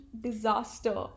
disaster